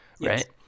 right